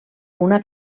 una